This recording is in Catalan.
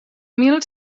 mil